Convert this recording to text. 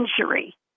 injury